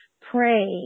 pray